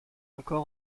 encore